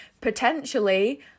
potentially